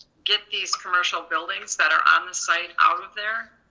get these commercial buildings that are on the site out of there,